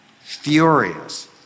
Furious